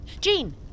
Jean